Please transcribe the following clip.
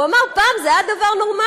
הוא אמר: פעם זה היה דבר נורמלי,